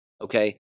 Okay